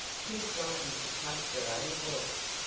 too frightened to trust her own voice.